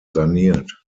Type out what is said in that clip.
saniert